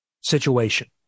situation